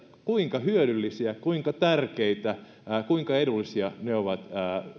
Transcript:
kuinka hyödyllisiä kuinka tärkeitä kuinka edullisia ne ovat